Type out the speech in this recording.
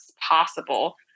possible